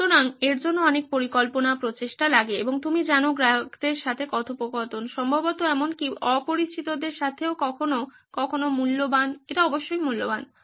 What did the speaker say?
সুতরাং এর জন্য অনেক পরিকল্পনা প্রচেষ্টা লাগে এবং তুমি জানো গ্রাহকদের সাথে কথোপকথন সম্ভবত এমনকি অপরিচিতদের সাথেও কখনও কখনও মূল্যবান এটি অবশ্যই মূল্যবান